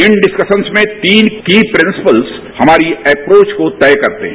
इन discussions में तीन key principles हमारी एप्रोच को तय करते हैं